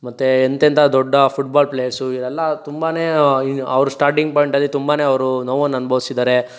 ಮತ್ತೆ ಎಂತೆಂಥ ದೊಡ್ಡ ಫುಟ್ಬಾಲ್ ಪ್ಲೇಯೆರ್ಸು ಇವರೆಲ್ಲ ತುಂಬನೇ ಅವ್ರು ಸ್ಟಾರ್ಟಿಂಗ್ ಪಾಯಿಂಟಲ್ಲಿ ತುಂಬನೇ ಅವರು ನೋವನ್ನ ಅನುಭವಿಸಿದ್ದಾರೆ